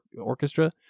orchestra